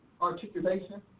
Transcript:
articulation